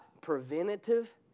preventative